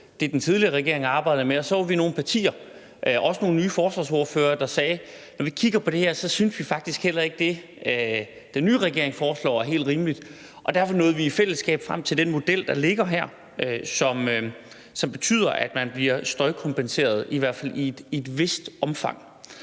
det, den tidligere regering arbejdede med, og så var vi nogle partier, også nogle nye forsvarsordførere, der sagde: Når vi kigger på det her, synes vi faktisk heller ikke, at det, som den nye regering foreslår, er helt rimeligt. Derfor nåede vi i fællesskab frem til den model, der ligger her, som betyder, at man bliver støjkompenseret – i hvert fald i et vist omfang.